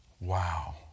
Wow